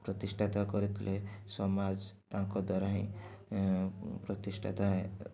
ପ୍ରତିଷ୍ଠାତା କରିଥିଲେ ସମାଜ ତାଙ୍କ ଦ୍ୱାରା ହିଁ ପ୍ରତିଷ୍ଠାତା